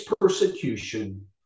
persecution